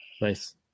nice